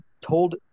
told